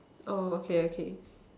oh okay okay